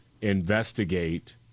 investigate